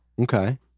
Okay